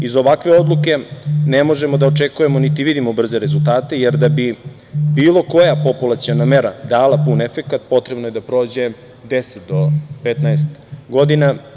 Iz ovakve odluke ne možemo da očekujemo, niti vidimo brze rezultate, jer da bi bilo koja populaciona mera dala pun efekat potrebno je da prođe deset do 15 godina.